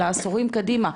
לעשורים קדימה,